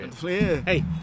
hey